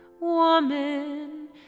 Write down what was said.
Woman